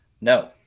No